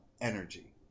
energy